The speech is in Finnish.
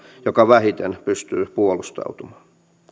joka vähiten pystyy puolustautumaan